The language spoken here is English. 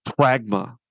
Pragma